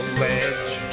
ledge